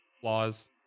flaws